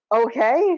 okay